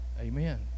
amen